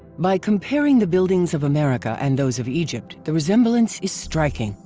by comparing the buildings of america and those of egypt the resemblance is striking,